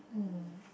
mm